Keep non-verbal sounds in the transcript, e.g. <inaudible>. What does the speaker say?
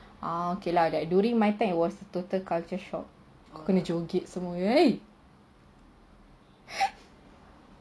ah okay lah like during my time is like total culture shock aku kena joget semua <noise> <laughs>